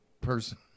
person